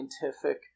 scientific